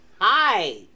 Hi